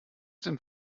sind